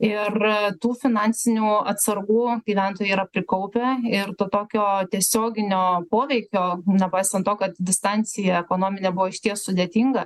ir tų finansinių atsargų gyventojai yra prikaupę ir to tokio tiesioginio poveikio nepaisant to kad distancija ekonominė buvo išties sudėtinga